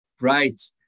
right